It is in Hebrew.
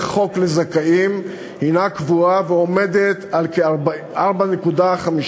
חוק לזכאים היא קבועה ועומדת על כ-4.5%,